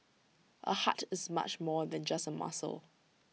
A heart is much more than just A muscle